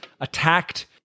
attacked